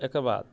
एकर बाद